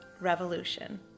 revolution